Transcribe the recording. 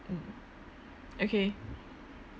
mm okay